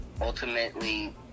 Ultimately